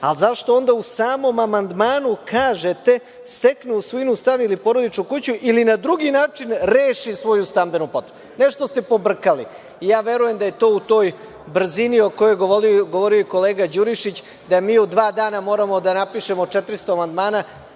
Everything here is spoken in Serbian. Zašto onda u samom amandmanu kažete – stekne u svojinu stan ili porodičnu kuću ili na drugi način reši svoju stambenu potrebu? Nešto ste pobrkali. Verujem da je to u toj brzini o kojoj je govorio i kolega Đurišić, da mi u dva dana moramo da napišemo 400 amandmana.